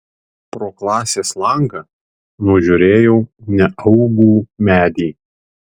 pro klasės langą nužiūrėjau neaugų medį